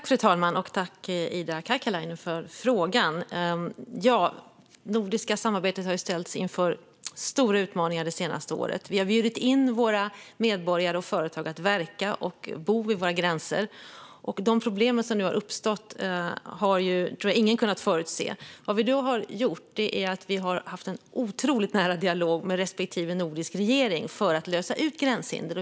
Fru talman! Tack, Ida Karkiainen, för frågan! Ja, det nordiska samarbetet har ställts inför stora utmaningar det senaste året. Vi har bjudit in våra medborgare och företag att verka och bo vid våra gränser, och de problem som nu har uppstått tror jag ingen har kunnat förutse. Vad vi har gjort är att föra en otroligt nära dialog med respektive nordisk regering för att lösa problem med gränshinder.